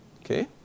okay